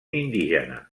indígena